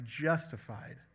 justified